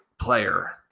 player